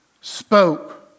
spoke